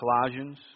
Colossians